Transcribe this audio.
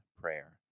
prayer